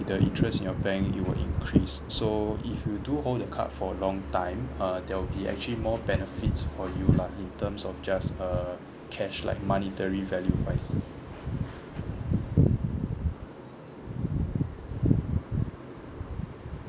the interest in your bank it will increase so if you do hold your card for a long time uh there will be actually more benefits for you lah in terms of just err cash like monetary value wise